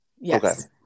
Yes